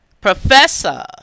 professor